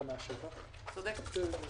צודק.